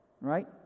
right